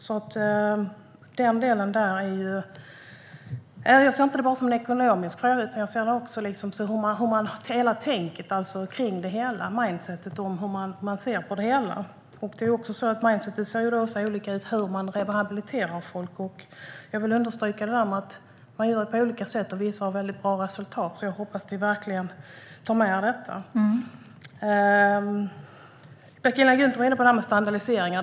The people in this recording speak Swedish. Jag ser inte den delen bara som en ekonomisk fråga. Jag ser mer till hela tänket kring det hela, vilket mindset man har, hur man ser på det. Det är olika mindset för hur man rehabiliterar människor. Jag vill understryka att man gör på olika sätt, och vissa har väldigt bra resultat. Jag hoppas att vi verkligen tar med detta. Penilla Gunther var inne på detta med standardiseringar.